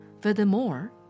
Furthermore